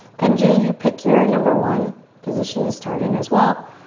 benji, you pick your and number one position to start in as well.